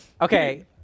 Okay